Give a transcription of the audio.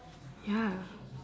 ya